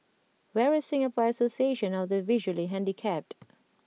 where is Singapore Association of the Visually Handicapped